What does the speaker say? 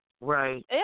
Right